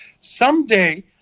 Someday